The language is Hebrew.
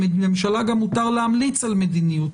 לממשלה גם מותר להמליץ על מדיניות.